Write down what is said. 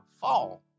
fall